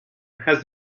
has